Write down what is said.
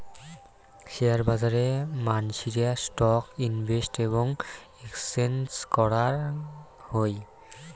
share বাজারে মানসিরা stock invest এবং এক্সচেঞ্জ করাং হই